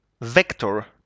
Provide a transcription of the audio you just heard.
vector